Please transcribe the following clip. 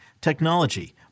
technology